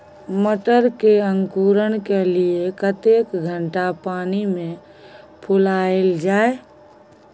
मटर के अंकुरण के लिए कतेक घंटा पानी मे फुलाईल जाय?